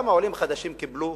גם העולים החדשים קיבלו.